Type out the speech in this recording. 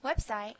website